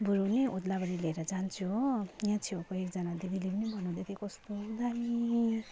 बरू नि ओद्लाबारी लिएर जान्छु हो यहाँ छेउको एकजना दिदीले पनि भन्नुहुँदै थियो कस्तो दामी